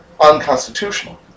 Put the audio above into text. unconstitutional